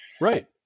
right